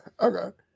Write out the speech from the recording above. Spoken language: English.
okay